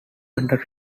under